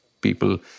people